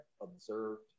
observed